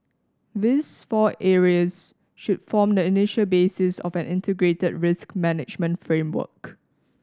these four areas should form the initial basis of an integrated risk management framework